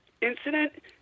incident